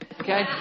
Okay